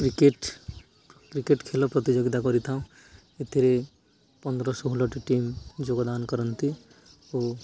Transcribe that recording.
cricket cricket ଖେଳ ପ୍ରତିଯୋଗିତା କରିଥାଉ ଏଥିରେ ପନ୍ଦର ଷୋହଳଟି ଟିମ୍ ଯୋଗଦାନ କରନ୍ତି ଓ